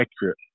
accurate